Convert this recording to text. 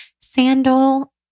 sandal